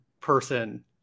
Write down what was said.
person